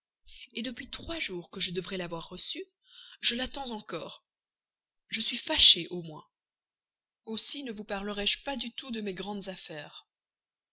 une depuis trois jours que je devrais l'avoir reçue je l'attends encore je suis fâché au moins aussi je ne vous parlerai pas du tout de mes grandes affaires